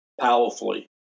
powerfully